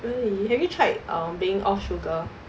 have you tried um being off sugar